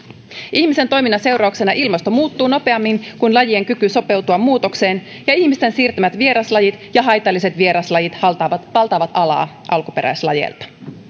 ihmisen toiminnan seurauksena ilmasto muuttuu nopeammin kuin lajien kyky sopeutua muutokseen ja ihmisten siirtämät vieraslajit ja haitalliset vieraslajit valtaavat valtaavat alaa alkuperäislajeilta